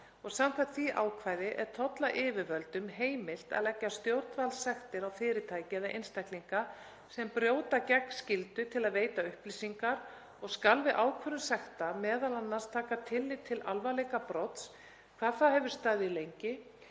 og samkvæmt því ákvæði er tollayfirvöldum heimilt að leggja stjórnvaldssektir á fyrirtæki eða einstaklinga sem brjóta gegn skyldu til að veita upplýsingar og skal við ákvörðun sekta m.a. taka tillit til alvarleika brots, hvað það hefur staðið lengi,